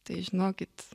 tai žinokit